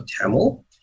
Tamil